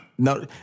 No